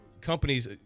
companies